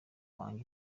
wanjye